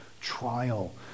trial